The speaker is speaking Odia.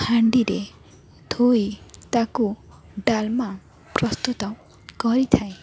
ହାଣ୍ଡିରେ ଥୋଇ ତାକୁ ଡାଲମା ପ୍ରସ୍ତୁତ କରିଥାଏ